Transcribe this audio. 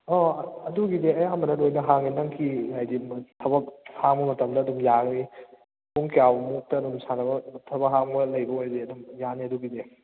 ꯑꯥ ꯑꯗꯨꯒꯤꯗꯤ ꯑꯌꯥꯝꯕꯅ ꯂꯣꯏꯅ ꯍꯥꯡꯉꯦ ꯅꯪꯒꯤ ꯍꯥꯏꯗꯤ ꯊꯕꯛ ꯍꯥꯡꯕ ꯃꯇꯝꯗ ꯑꯗꯨꯝ ꯌꯥꯅꯤ ꯄꯨꯡ ꯀꯌꯥꯃꯨꯛꯇ ꯑꯗꯨꯝ ꯁꯥꯟꯅꯕ ꯊꯕꯛ ꯍꯥꯡꯕ ꯂꯩꯕ ꯑꯣꯏꯗꯤ ꯑꯗꯨꯝ ꯌꯥꯅꯤ ꯑꯗꯨꯒꯤꯗꯤ